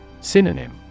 Synonym